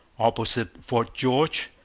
opposite fort george,